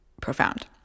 profound